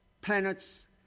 planets